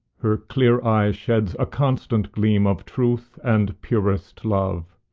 her clear eye sheds a constant gleam of truth and purest love,